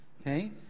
Okay